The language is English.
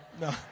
no